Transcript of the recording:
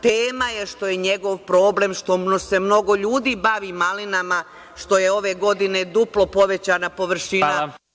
Tema je što je njegov problem što se mnogo ljudi bavi malinama, što je ove godine duplo povećana površina